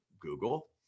Google